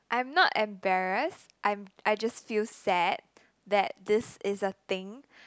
I'm not embarrassed I'm I just feel sad that this is a thing